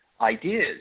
ideas